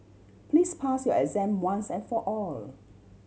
please pass your exam once and for all